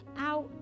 out